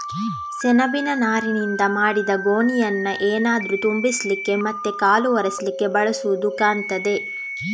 ಸೆಣಬಿನ ನಾರಿನಿಂದ ಮಾಡಿದ ಗೋಣಿಯನ್ನ ಏನಾದ್ರೂ ತುಂಬಿಸ್ಲಿಕ್ಕೆ ಮತ್ತೆ ಕಾಲು ಒರೆಸ್ಲಿಕ್ಕೆ ಬಳಸುದು ಕಾಣ್ತದೆ